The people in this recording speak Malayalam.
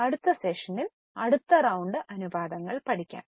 അടുത്ത സെഷനിൽ അടുത്ത റൌണ്ട് അനുപാതങ്ങൾ പഠിക്കാം